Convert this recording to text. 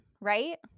right